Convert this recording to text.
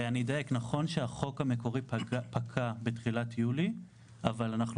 נכון שהחוק המקורי פקע בתחילת יולי אבל אנחנו